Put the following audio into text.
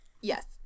yes